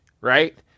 right